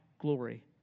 glory